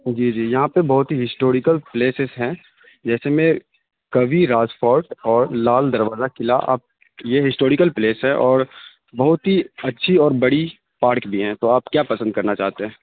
جی جی یہاں پہ بہت ہی ہسٹوریکل پلیسز ہیں جیسے میں کوی راج فورٹ اور لال دروازہ قلعہ آپ یہ ہسٹوریکل پلیس ہے اور بہت ہی اچھی اور بڑی پارک بھی ہیں تو آپ کیا پسند کرنا چاہتے ہیں